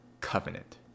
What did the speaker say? covenant